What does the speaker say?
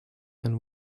and